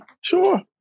sure